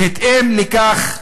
בהתאם לכך,